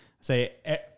say